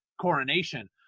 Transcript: coronation